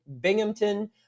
Binghamton